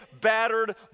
battered